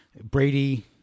Brady